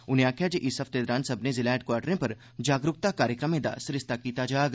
उनें आखेआ जे इस हफ्ते दौरान सब्मनें जिला हैडक्वार्टरें पर जागरूकता कार्यक्रमें दा सरिस्ता कीता जाग